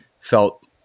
felt